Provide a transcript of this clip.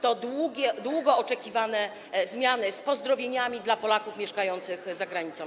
To długo oczekiwane zmiany, z pozdrowieniami dla Polaków mieszkających za granicą.